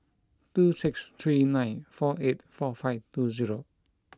two six three nine four eight four five two zero